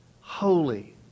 Holy